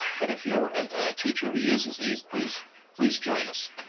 but if you're a teacher who uses these please please join us,